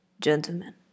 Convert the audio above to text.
Gentlemen